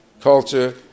culture